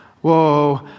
whoa